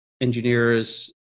engineers